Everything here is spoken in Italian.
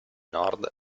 nord